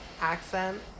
accent